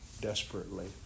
desperately